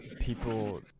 people